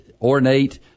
ornate